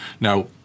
Now